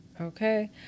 okay